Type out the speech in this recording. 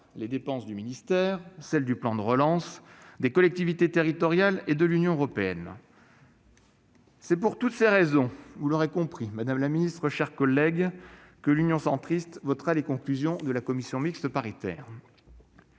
les dépenses du ministère, celles du plan de relance, des collectivités territoriales et de l'Union européenne. C'est pour toutes ces raisons, vous l'aurez compris, madame la ministre, mes chers collègues, que le groupe Union Centriste votera les conclusions de la commission mixte paritaire.